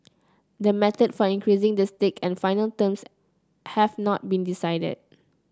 the method for increasing the stake and final terms have not been decided